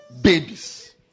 babies